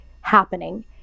happening